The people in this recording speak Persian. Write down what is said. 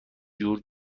جور